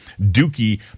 Dookie